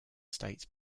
state